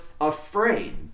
afraid